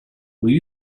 will